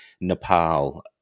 Nepal